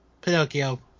Pinocchio